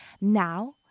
Now